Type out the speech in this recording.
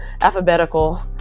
alphabetical